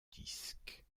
disque